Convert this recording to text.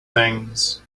things